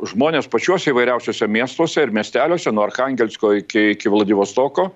žmonės pačiuose įvairiausiose miestuose ir miesteliuose nuo archangelsko iki iki vladivostoko